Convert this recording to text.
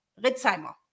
Ritzheimer